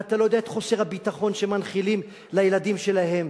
ואתה לא יודע את חוסר הביטחון שהם מנחילים לילדים שלהם.